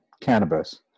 cannabis